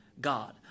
God